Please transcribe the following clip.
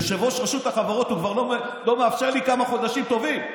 יושב-ראש רשות החברות לא מאפשר לי כבר כמה חודשים טובים,